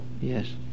Yes